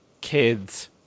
kids